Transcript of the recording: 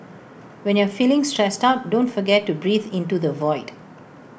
when you are feeling stressed out don't forget to breathe into the void